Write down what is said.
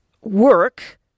work